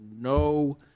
no